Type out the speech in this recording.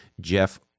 Jeff